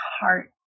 heart